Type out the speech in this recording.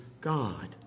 God